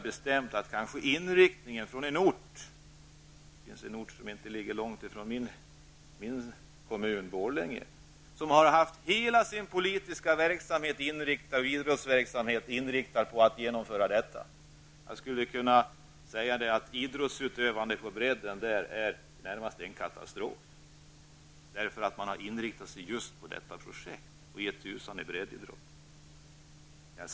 Det finns en ort, som inte ligger långt ifrån min hemkommun Borlänge, där man har haft hela sin politiska och idrottsliga verksamhet inriktad på att genomföra detta. Idrottsutövandet på bredden är närmast en katastrof, därför att man har inriktat sig just på det här projektet och struntat i breddidrotten.